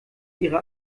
ihre